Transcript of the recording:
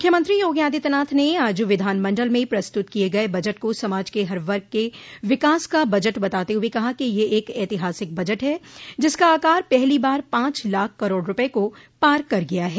मुख्यमंत्री योगी आदित्यनाथ ने आज विधानमंडल में प्रस्तुत किये गये बजट को समाज के हर वर्ग के विकास का बजट बताते हुए कहा कि यह एक ऐतिहासिक बजट है जिसका आकार पहली बार पांच लाख करोड़ रूपये को पार कर गया है